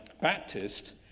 Baptist